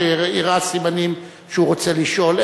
שהראה סימנים שהוא רוצה לשאול.